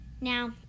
Now